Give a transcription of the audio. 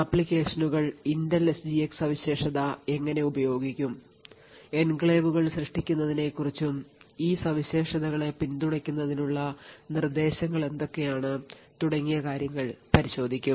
ആപ്ലിക്കേഷനുകൾ Intel S G X സവിശേഷത എങ്ങനെ ഉപയോഗിക്കും എൻക്ലേവുകൾ സൃഷ്ടിക്കുന്നതിനെക്കുറിച്ചും ഈ സവിശേഷതകളെ പിന്തുണയ്ക്കുന്നതിനുള്ള നിർദ്ദേശങ്ങൾ എന്തൊക്കെയാണ് തുടങ്ങിയ കാര്യങ്ങൾ പരിശോധിക്കും